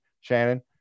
shannon